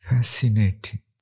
Fascinating